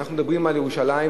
אנחנו מדברים על ירושלים,